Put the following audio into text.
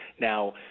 Now